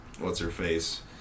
what's-her-face